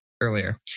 earlier